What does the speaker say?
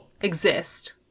exist